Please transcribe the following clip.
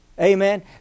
Amen